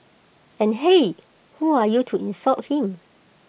and hey who are you to insult him